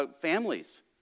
Families